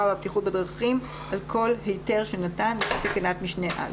והבטיחות בדרכים על כל היתר שנתן לפי תקנת משנה (א).